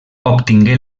obtingué